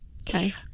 Okay